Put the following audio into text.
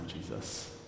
Jesus